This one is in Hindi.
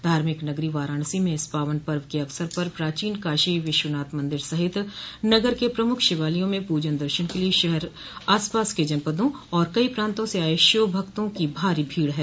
धार्मिक नगरी वाराणसी में इस पावन पर्व के अवसर पर प्राचीन काशी विश्वनाथ मंदिर सहित नगर के प्रमुख शिवालयों में पूजन दर्शन के लिए शहर आस पास के जनपदों और कई प्रान्तों से आये शिव भक्तों की भारी भीड़ है